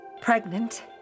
Pregnant